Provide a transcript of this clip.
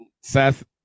seth